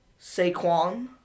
Saquon